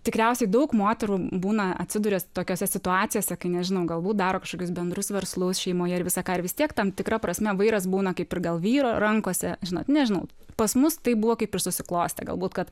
tikriausiai daug moterų būna atsiduria tokiose situacijose kai nežino galbūt daro kažkokius bendrus verslus šeimoje ir visą ką ir vis tiek tam tikra prasme vairas būna kaip ir gal vyro rankose žinot nežinau pas mus tai buvo kaip ir susiklostę galbūt kad